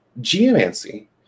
Geomancy